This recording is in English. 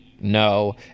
No